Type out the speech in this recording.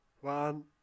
One